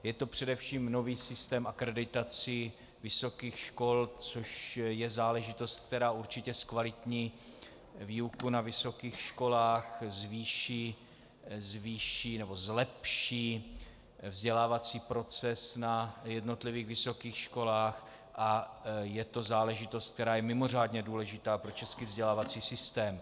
Je to především nový systém akreditací vysokých škol, což je záležitost, která určitě zkvalitní výuku na vysokých školách, zlepší vzdělávací proces na jednotlivých vysokých školách, a je to záležitost, která je mimořádně důležitá pro český vzdělávací systém.